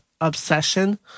obsession